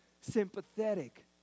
sympathetic